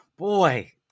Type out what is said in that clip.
Boy